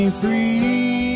free